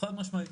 חד משמעית.